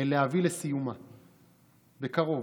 להביא לסיומה בקרוב.